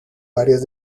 varias